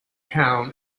town